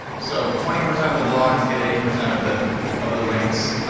so twenty percent of the blogs get eighty percent of the of the links.